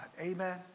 Amen